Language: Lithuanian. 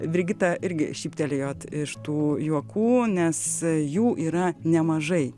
brigita irgi šyptelėjot iš tų juokų nes jų yra nemažai